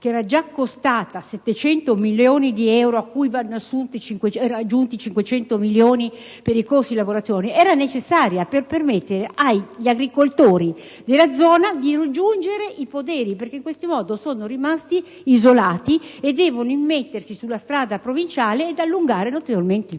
che era già costata 700 milioni di euro, cui vanno aggiunti 500 milioni per i costi di lavorazione, è necessaria per permettere agli agricoltori della zona di raggiungere i poderi: questi infatti sono rimasti isolati e chi vuole accedervi deve immettersi sulla strada provinciale e allungare notevolmente il